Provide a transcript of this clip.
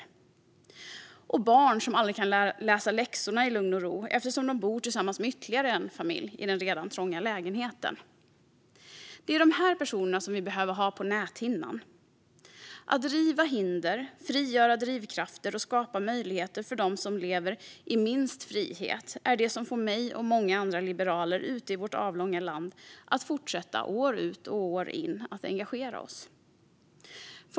Det handlar också om barn som aldrig kan läsa läxorna i lugn och ro eftersom de bor tillsammans med ytterligare en familj i den redan trånga lägenheten. Det är dessa personer som vi behöver ha på näthinnan. Att riva hinder, frigöra drivkrafter och skapa möjligheter för dem som lever i minst frihet är det som får mig och många andra liberaler ute i vårt avlånga land att fortsätta engagera oss år ut och år in.